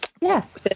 Yes